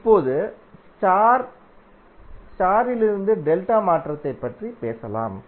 இப்போது ஸ்டார் த்திலிருந்து டெல்டா மாற்றத்தைப் பற்றி பேசலாம்